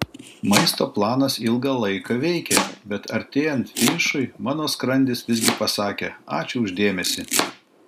maisto planas ilgą laiką veikė bet artėjant finišui mano skrandis visgi pasakė ačiū už dėmesį